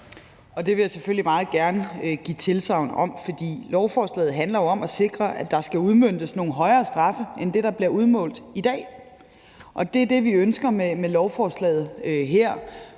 Det vil jeg selvfølgelig meget gerne give tilsagn om. Lovforslaget handler jo om at sikre, at der skal udmåles nogle højere straffe end det, der bliver udmålt i dag. Det er det, vi ønsker med lovforslaget her.